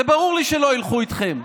ברור לי שלא ילכו איתכם,